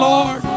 Lord